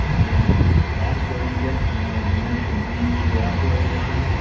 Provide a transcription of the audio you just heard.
and that's where you get. you know you mentioned vegf yeah early on.